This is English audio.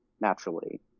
naturally